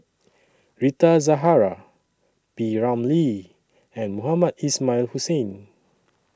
Rita Zahara P Ramlee and Mohamed Ismail Hussain